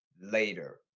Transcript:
Later